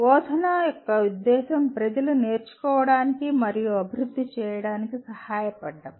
బోధన యొక్క ఉద్దేశ్యం ప్రజలు నేర్చుకోవడానికి మరియు అభివృద్ధి చేయడానికి సహాయపడటం